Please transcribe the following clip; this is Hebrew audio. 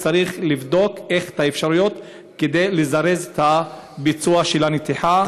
צריך לבדוק את האפשרויות לזרז את ביצוע הנתיחה,